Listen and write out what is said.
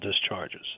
discharges